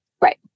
right